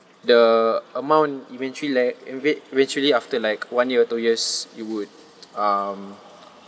the amount eventually la~ eve~ eventually after like one year or two years it would um